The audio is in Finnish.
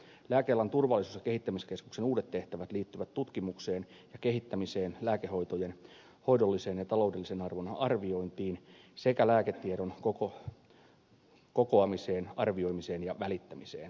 lääkealan turvallisuus ja kehittämiskeskuksen uudet tehtävät liittyvät tutkimukseen ja kehittämiseen lääkehoitojen hoidollisen ja taloudellisen arvon arviointiin sekä lääketiedon kokoamiseen arvioimiseen ja välittämiseen